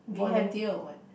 volunteer or what